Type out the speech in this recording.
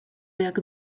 jak